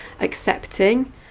accepting